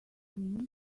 thinks